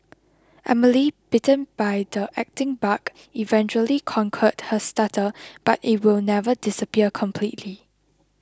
Emily bitten by the acting bug eventually conquered her stutter but it will never disappear completely